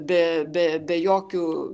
be be be jokių